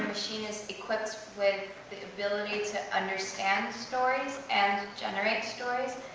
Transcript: is equipped with the ability to understand stories and generate stories,